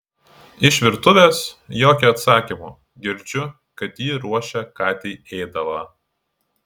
iš virtuvės jokio atsakymo girdžiu kad ji ruošia katei ėdalą